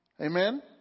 Amen